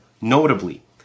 notably